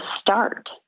start